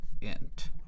int